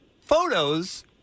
photos